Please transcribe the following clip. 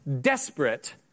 desperate